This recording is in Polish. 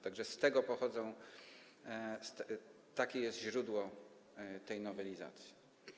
Tak że z tego pochodzą, takie jest źródło tej nowelizacji.